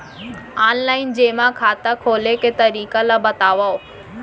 Online जेमा खाता खोले के तरीका ल बतावव?